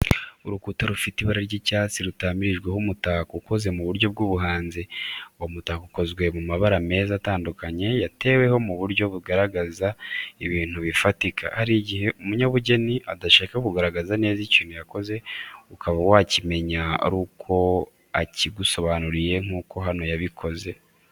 Urukuta rufite ibara ry’icyatsi rutamirijweho umutako ukoze mu buryo bw’ubuhanzi. Uwo mutako ukozwe mu mabara meza atandukanye yateweho mu buryo butagaragaza ibintu bifatika. Hari igihe umunyabugeni adashaka kugaragaza neza ikintu yakoze, ukaba wakimenya ari uko akigusobanuriye nk'uko hano yabikoze.